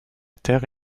terre